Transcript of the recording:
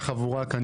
מורשע באלימות.